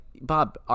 Bob